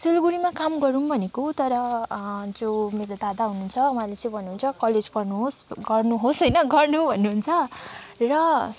सिलगढीमा काम गरौँ भनेको तर जो मेरो दादा हुनुहुन्छ उहाँले चाहिँ भन्नुहुन्छ कलेज पढ्नुहोस् गर्नुहोस् होइन गर्नु भन्नुहुन्छ र